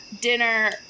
dinner